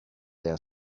their